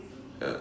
ya